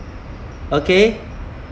okay